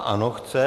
Ano chce.